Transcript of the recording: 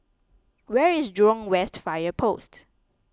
where is Jurong West Fire Post